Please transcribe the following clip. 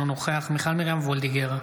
אינו נוכח מיכל מרים וולדיגר,